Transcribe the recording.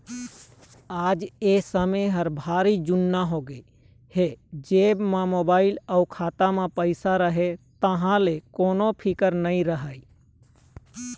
अउ आज ए समे ह भारी जुन्ना होगे हे जेब म मोबाईल अउ खाता म पइसा रहें तहाँ ले कोनो फिकर नइ रहय